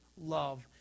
love